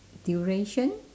duration